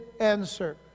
answer